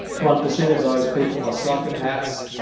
one percent of those people are psychopaths,